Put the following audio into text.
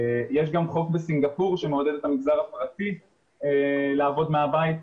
יש גם חוק בסינגפור שמעודד את המגזר הפרטי לעבוד מהבית.